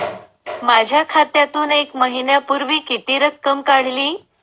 माझ्या खात्यातून एक महिन्यापूर्वी किती रक्कम काढली?